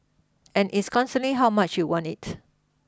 and it's how much you want it